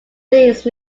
these